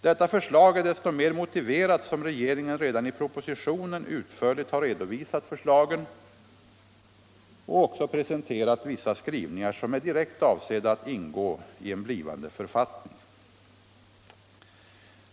Detta förslag är så mycket mer motiverat som regeringen redan i propositionen utförligt har redovisat förslagen och också presenterat vissa skrivningar som är direkt avsedda att ingå i en blivande författning.